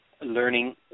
learning